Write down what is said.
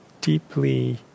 deeply